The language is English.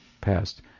passed